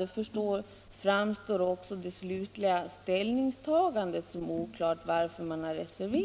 också folkpartiets beslut att reservera sig som oklara.